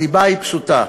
הסיבה היא פשוטה,